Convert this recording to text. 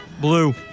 Blue